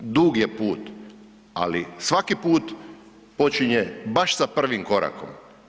Dug je put, ali svaki put počinje baš sa prvim korakom.